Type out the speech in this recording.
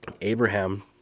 Abraham